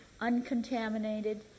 uncontaminated